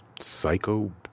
psycho